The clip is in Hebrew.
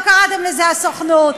לא קראתם לזה הסוכנות.